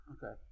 Okay